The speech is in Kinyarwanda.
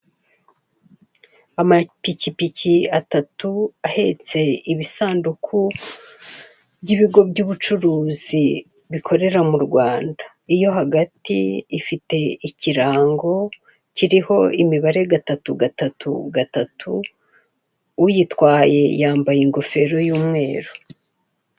Amapikipiki atatu ahetse ibisanduku by'ibigo by'ubucuruzi bikorera mu Rwanda, iyo hagati ifite ikirango kiriho imibare gatatu gatatu gatatu, uyitwaye yambaye ingofero y'umweru.